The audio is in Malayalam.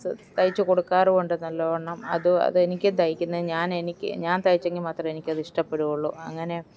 തയ്ച്ചു കൊടുക്കാറുമുണ്ട് നല്ലവണ്ണം അത് അത് എനിക്കും തയ്ക്കുന്ന ഞാൻ എനിക്ക് ഞാൻ തയ്ച്ചെങ്കിൽ മാത്രമേ എനിക്കത് ഇഷ്ടപ്പെടുകയുള്ളൂ അങ്ങനെ